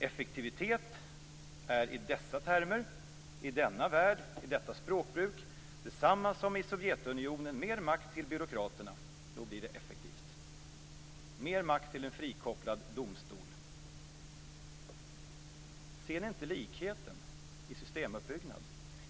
Effektivitet är i sådana här termer, i denna värld och i detta språkbruk detsamma som i Sovjetunionen: mera makt till byråkraterna, för då blir det effektivt, och mera makt till en frikopplad domstol. Ser ni inte likheten i systemuppbyggnaden?